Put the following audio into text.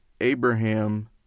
Abraham